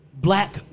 black